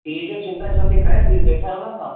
पीउ जो चिंता छो थी करें वेठा आहियूं न असां